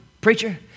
preacher